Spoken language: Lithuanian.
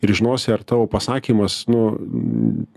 ir žinosi ar tavo pasakymas nu